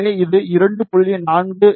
எனவே இது 2